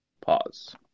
Pause